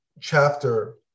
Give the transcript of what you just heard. chapter